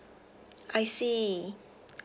I see